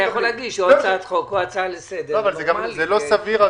אלכס, זה גם לא סביר.